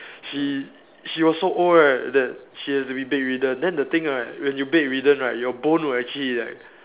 she she was so old right that she has to be bedridden then the thing right when you bedridden right your bone will actually like